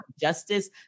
Justice